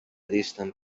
distant